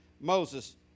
Moses